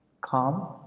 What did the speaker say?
calm